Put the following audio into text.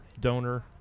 donor